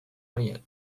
horiek